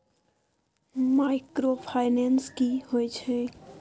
Microfinance की होय छै?